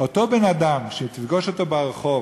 אותו בן-אדם שכשתפגוש ברחוב